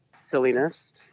silliness